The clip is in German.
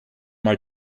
mal